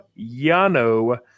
Yano